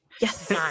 Yes